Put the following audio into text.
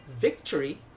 victory